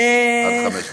עד חמש דקות.